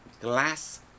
glass